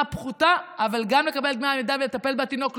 פחותה אבל גם לקבל דמי לידה ולטפל בתינוק,